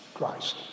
Christ